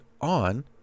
on